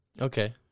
Okay